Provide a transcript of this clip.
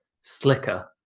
slicker